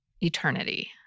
eternity